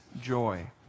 joy